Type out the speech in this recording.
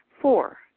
Four